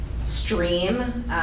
stream